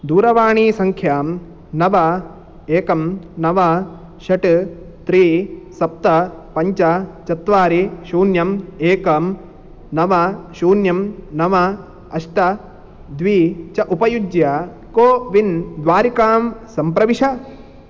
दूरवाणीसङ्ख्यां नव एकं नव षट् त्रि सप्त पञ्च चत्वारि शून्यम् एकं नव शून्यं नव अष्ट द्वि च उपयुज्य कोविन् द्वारिकां सम्प्रविश